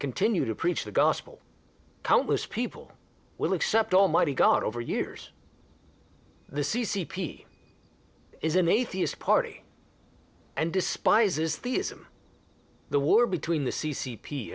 continue to preach the gospel countless people will accept almighty god over years the c c p is an atheist party and despises the ism the war between the c c p